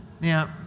Now